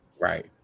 Right